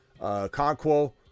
Conquo